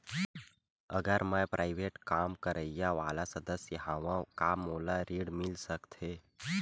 अगर मैं प्राइवेट काम करइया वाला सदस्य हावव का मोला ऋण मिल सकथे?